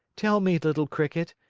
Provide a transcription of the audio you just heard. tell me, little cricket,